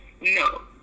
no